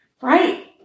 Right